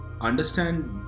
understand